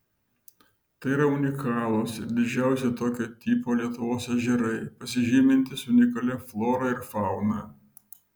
tai yra unikalūs ir didžiausi tokio tipo lietuvos ežerai pasižymintys unikalia flora ir fauna